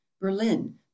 berlin